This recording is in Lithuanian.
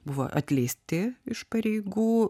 buvo atleisti iš pareigų